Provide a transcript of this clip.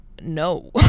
no